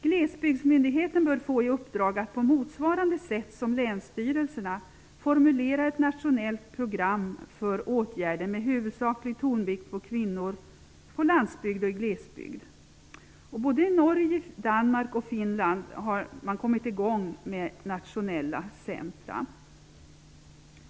Glesbygdsmyndigheten bör få i uppdrag att på motsvarande sätt som länsstyrelserna formulera ett nationellt program för åtgärder med huvudsaklig tonvikt på kvinnor på landsbygd och i glesbygd. Såväl Norge och Danmark som Finland har kommit i gång med nationella centra.